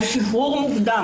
על שחרור מוקדם.